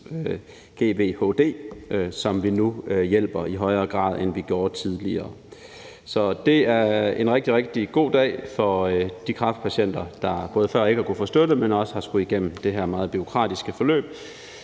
som vi nu hjælper i højere grad, end vi gjorde tidligere. Så det er en rigtig, rigtig god dag for de kræftpatienter, der har gået før og ikke kunnet få støtte og også har skullet igennem det her meget bureaukratiske forløb.